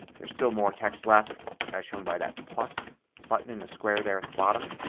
there's still more text left as shown by that plus button in the square there at the bottom.